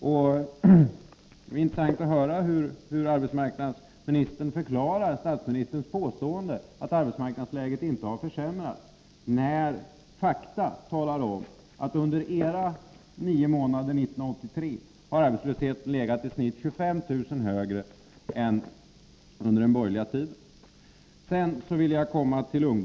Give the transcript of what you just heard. Det vore intressant att höra hur arbetsmarknadsministern förklarar statsministerns påstående att arbetsmarknadsläget inte har försämrats, då ju fakta visar att antalet arbetslösa under era nio månader 1983 har varit genomsnittligt 25 000 större än under den borgerliga tiden. Sedan till ungdomsarbetslösheten.